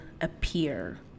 appear